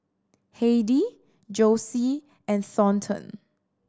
Heidy Josie and Thornton